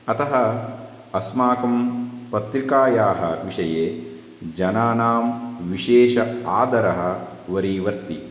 अतः अस्माकं पत्रिकायाः विषये जनानां विशेषः आदरः वरीवर्ति